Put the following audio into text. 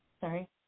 sorry